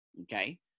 okay